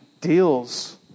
deals